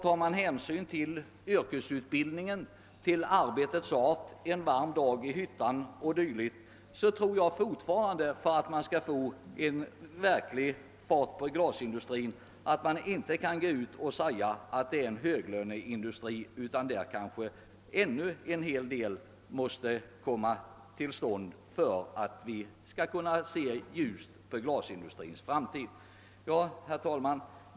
Tar man hänsyn till yrkesutbildningen, till arbetets art — tänk på en varm dag i hyttan — 0. d., tror jag inte att man kan påstå att glasindustrin är en höglöneindustri, om man vill försöka få verklig fart på den. ännu behöver nog en hel del förbättringar komma till stånd för att vi skall kunna se ljust på glasindustrins framtid. Herr talman!